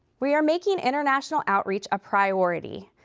we are making international outreach a priority.